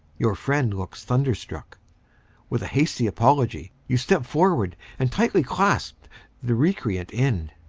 your friend looks thunderstruck with a hasty apology, you step forward and tightly clasp the recreant end.